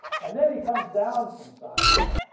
and then he comes down from sinai,